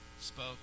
spoke